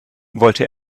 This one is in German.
wollte